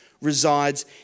resides